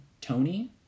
tony